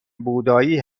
بودایی